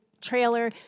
trailer